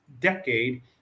decade